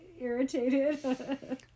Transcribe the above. irritated